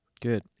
Good